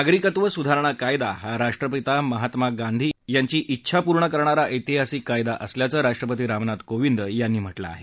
नागरिकत्व सुधारणा कायदा हा राष्ट्रपिता महात्मा गांधी यांची इच्छा पुर्ण करणारा ऐतिहासिक कायदा असल्याचं राष्ट्रपती रामनाथ कोविंद यांनी म्हटलं आहे